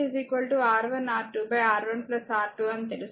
ఇప్పుడు R eq R1 R2 R1 R2 అని తెలుసు